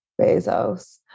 Bezos